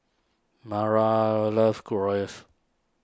Mara loves Gyros